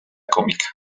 cómica